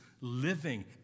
living